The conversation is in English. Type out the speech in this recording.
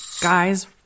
Guys